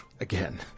again